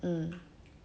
mm